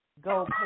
Go